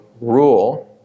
rule